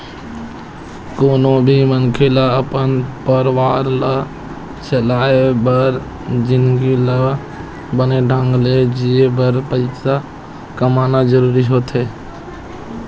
कोनो भी मनखे ल अपन परवार ला चलाय बर जिनगी ल बने ढंग ले जीए बर पइसा कमाना जरूरी होथे